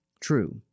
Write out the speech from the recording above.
true